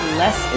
less